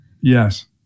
yes